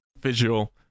visual